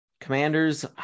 Commanders